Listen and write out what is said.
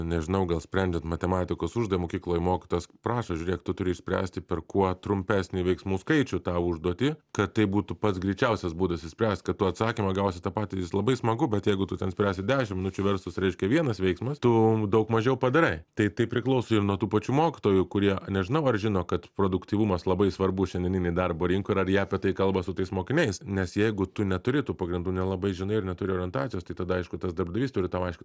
nežinau gal sprendžiant matematikos uždavinį mokykloje mokytojas prašo žiūrėk tu turi išspręsti per kuo trumpesnį veiksmų skaičių tą užduotį kad tai būtų pats greičiausias būdas išspręst kad tu atsakymą gausi tą patį jis labai smagu bet jeigu tu ten spręsi dešim minučių versus reiškia vienas veiksmas tu daug mažiau padarai tai tai priklauso ir nuo tų pačių mokytojų kurie nežinau ar žino kad produktyvumas labai svarbu šiandieninėj darbo rinkoj ir jie apie tai kalba su tais mokiniais nes jeigu tu neturi tų pagrindų nelabai žinai ir neturi orientacijos tai tada aišku tas darbdavys turi tau aiški